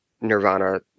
Nirvana